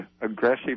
aggressive